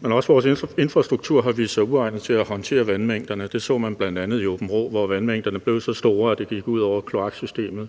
Men også vores infrastruktur har vist sig uegnet til at håndtere vandmængderne. Det så man bl.a. i Aabenraa, hvor vandmængderne blev så store, at det gik ud over kloaksystemet.